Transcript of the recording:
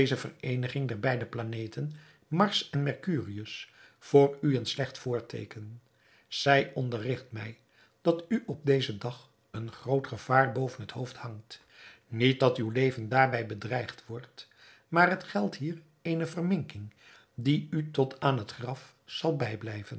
deze vereeniging der beide planeten mars en mercurius voor u een slecht voorteeken zij onderrigt mij dat u op dezen dag een groot gevaar boven het hoofd hangt niet dat uw leven daarbij bedreigd wordt maar het geldt hier eene verminking die u tot aan het graf zal bijblijven